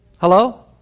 Hello